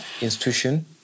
institution